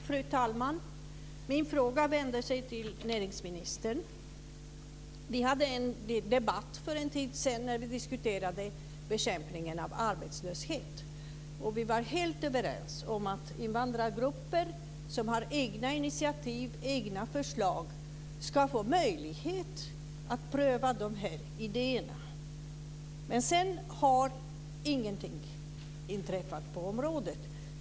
Fru talman! Min fråga vänder sig till näringsministern. Vi hade en debatt för en tid sedan där vi diskuterade bekämpningen av arbetslöshet. Vi var då helt överens om att invandrargrupper som har egna initiativ och egna förslag ska få möjlighet att pröva dessa. Men sedan har ingenting inträffat på området.